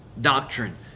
doctrine